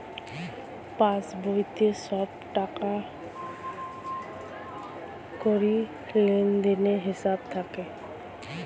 পাসবইতে সব টাকাকড়ির লেনদেনের হিসাব থাকে